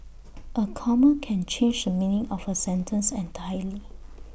A comma can change the meaning of A sentence entirely